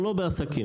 או לעסק, לעסק.